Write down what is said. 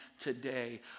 today